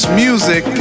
music